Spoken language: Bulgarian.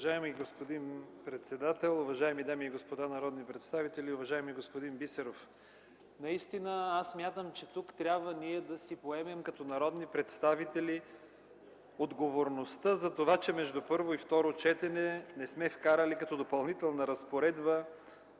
Уважаеми господин председател, уважаеми дами и господа народни представители! Уважаеми господин Бисеров, наистина смятам, че ние тук като народни представители трябва да поемем отговорността за това, че между първо и второ четене не сме вкарали като Допълнителна разпоредба